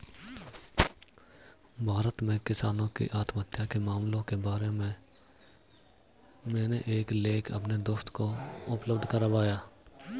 भारत में किसानों की आत्महत्या के मामलों के बारे में मैंने एक लेख अपने दोस्त को उपलब्ध करवाया